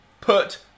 put